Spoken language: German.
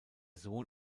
sohn